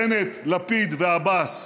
בנט, לפיד ועבאס,